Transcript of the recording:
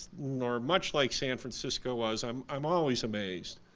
or much like san francisco was i'm i'm always amazed.